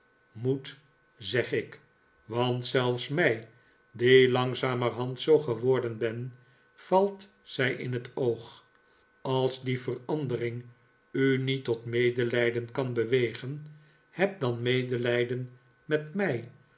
moet zeg ik want zelfs mij die langzamerhand zoo geworden ben valt zij in het oog als die verandering u niet tot medelijden kan bewegen heb dan medelijden met mij